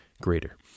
greater